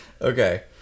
Okay